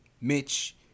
Mitch